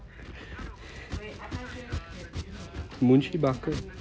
munshi barker